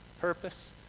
purpose